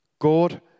God